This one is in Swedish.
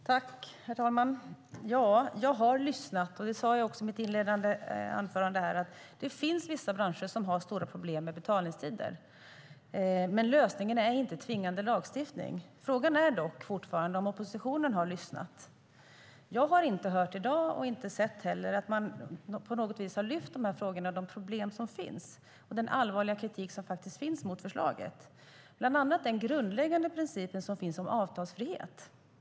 Herr talman! Jag har lyssnat, och det sade jag också i mitt inledande anförande. Det finns vissa branscher som har stora problem med betalningstider. Men lösningen är inte tvingande lagstiftning. Frågan är dock fortfarande om oppositionen har lyssnat. Jag har i dag inte hört att man på något sätt har lyft fram dessa frågor och de problem som finns och den allvarliga kritik som faktiskt riktas mot förslaget. Det handlar bland annat om den grundläggande princip som finns om avtalsfrihet.